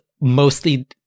mostly